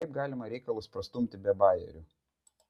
kaip galima reikalus prastumti be bajerių